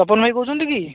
ତପନ ଭାଇ କହୁଛନ୍ତି କି